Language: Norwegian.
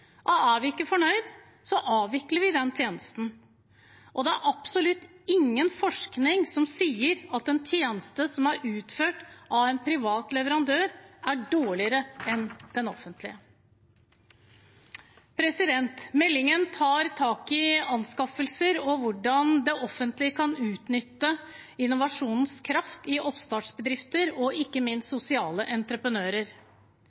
er vi ikke fornøyd, avvikler vi den. Det er absolutt ingen forskning som sier at en tjeneste som er utført av en privat leverandør, er dårligere enn den offentlige. Meldingen tar tak i anskaffelser og hvordan det offentlige kan utnytte innovasjonens kraft i oppstartsbedrifter og ikke minst